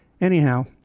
Anyhow